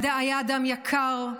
הוא היה אדם יקר,